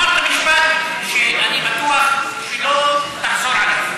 לא מגישים כתב אישום אז ככל שתהיה החמרה בעונש,